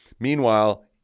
Meanwhile